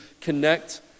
connect